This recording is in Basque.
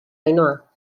ainhoa